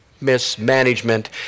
mismanagement